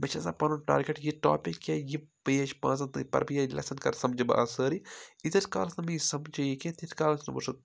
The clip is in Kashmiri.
مےٚ چھِ آسان پَنُن ٹارگؠٹ یہِ ٹارپِک کینٛہہ یہِ پیج پانٛژَن تانۍ پَرٕ بہٕ یہِ لیسن کر سَمجھِ بہٕ آز سٲرٕے ایٖتِس کالس نہٕ بہٕ یہِ سَمجھٕ یہِ کِینہہ تیٖتِس کالس